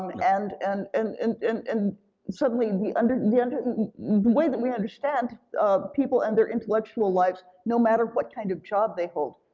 and and and and suddenly and the and way that we understand people and their intellectual lives, no matter what kind of job they hold,